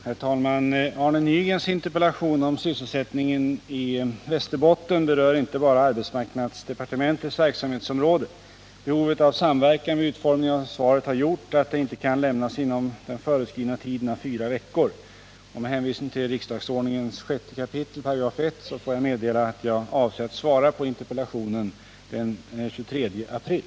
Herr talman! Arne Nygrens interpellation om sysselsättningen i Västerbotten berör inte bara arbetsmarknadsdepartementets verksamhetsområde. Behovet av samverkan vid utformningen av svaret har gjort, att det inte kan lämnas inom den föreskrivna tiden av fyra veckor. Med hänvisning till riksdagsordningens 6 kap. 1§ får jag meddela att jag avser att svara på interpellationen den 23 april.